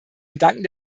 gedanken